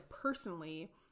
personally